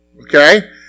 okay